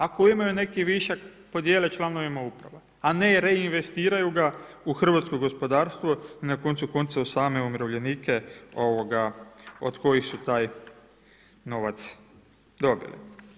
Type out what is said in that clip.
Ako imaju neki višak podijele članovima uprava a ne reinvestiraju ga u hrvatsko gospodarstvo i na koncu konca u same umirovljenike od kojih su taj novac dobili.